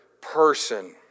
person